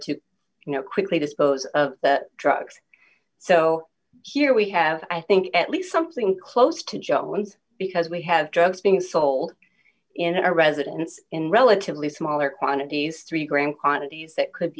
to you know quickly dispose of the drugs so here we have i think at least something close to jones because we have drugs being sold in a residence in relatively smaller quantities three grand quantities that could